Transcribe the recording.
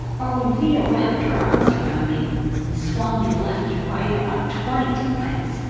or when via wrapped her arms around me and swung me left and right about twenty times.